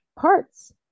parts